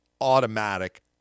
automatic